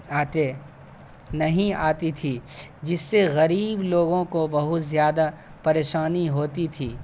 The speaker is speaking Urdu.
آتے نہیں آتی تھی جس سے غریب لوگوں کو بہت زیادہ پریشانی ہوتی تھی